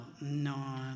No